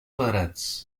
quadrats